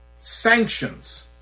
sanctions